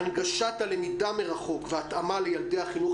הנגשת הלמידה מרחוק והתאמה לילדי החינוך